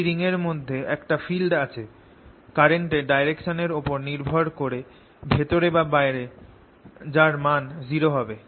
এই রিং এর মধ্যে একটা ফিল্ড আছে কারেন্টের ডাইরেকসনের উপর নির্ভর করে ভেতরে বা বাইরে যার মান জিরো হবে